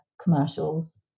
commercials